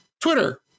Twitter